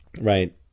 right